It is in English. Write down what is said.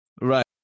Right